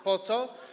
Po co?